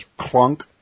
clunk